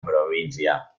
provincia